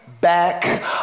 back